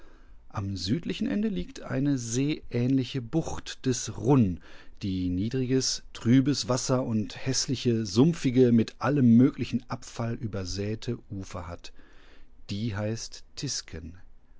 am südlichen ende liegt eine seeähnliche bucht des runn die niedriges trübes wasser und häßliche sumpfige mit allem möglichen abfall übersäte ufer hat die heißt